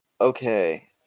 Okay